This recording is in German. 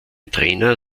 trainer